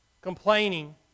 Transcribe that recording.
Complaining